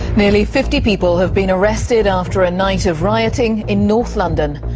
nearly fifty people have been arrested after a night of rioting in north london.